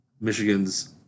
Michigan's